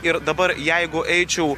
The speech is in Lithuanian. ir dabar jeigu eičiau